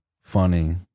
funny